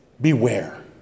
Beware